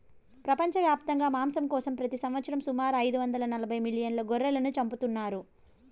ప్రపంచవ్యాప్తంగా మాంసం కోసం ప్రతి సంవత్సరం సుమారు ఐదు వందల నలబై మిలియన్ల గొర్రెలను చంపుతున్నారు